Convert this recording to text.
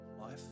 Life